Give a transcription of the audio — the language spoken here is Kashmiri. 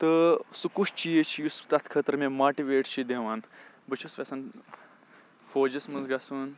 تہٕ سُہ کُس چیٖز چھُ یُس تَتھ خٲطرٕ مےٚ ماٹِویٹ چھِ دِوان بہٕ چھُس یژھان فوجَس منٛز گَژھُن